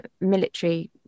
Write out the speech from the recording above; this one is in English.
military